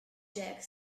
jack